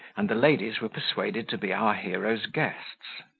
and the ladies were persuaded to be our hero's guests.